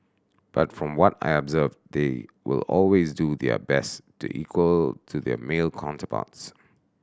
but from what I observed they will always do their best to equal to their male counterparts